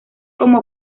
como